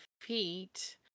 feet